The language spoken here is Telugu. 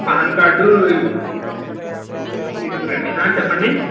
పాన్ కార్డ్ తీసుకురండి చెప్పండి